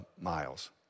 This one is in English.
Miles